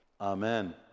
Amen